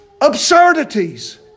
Absurdities